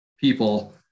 people